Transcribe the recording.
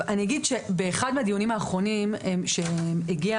אני אגיד שבאחד מהדיונים האחרונים הגיע